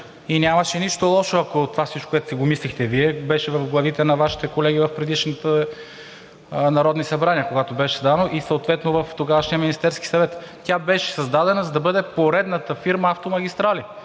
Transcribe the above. и нямаше нищо лошо, ако това всичко, което си го мислехте Вие, беше в главите на Вашите колеги в предишните народни събрания, когато беше създадена, съответно в тогавашния Министерски съвет. Тя беше създадена, за да бъде поредната фирма „Автомагистрали“,